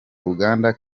uganda